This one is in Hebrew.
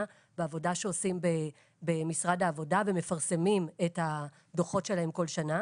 בעבודה שעושים במשרד העבודה ומפרסמים את הדוחות שלהם כל שנה.